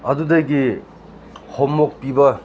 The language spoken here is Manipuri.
ꯑꯗꯨꯗꯒꯤ ꯍꯣꯝꯋꯣꯔꯛ ꯄꯤꯕ